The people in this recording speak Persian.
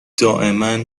دائما